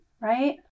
right